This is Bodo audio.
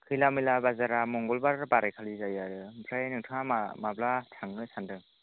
खैला मैला बाजारा मंगलबार बारायखालि जायो आरो ओमफ्राय नोंथाङा मा माब्ला थांनो सान्दों